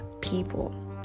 people